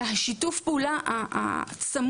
אז שיתוף הפעולה הצמוד,